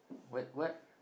what what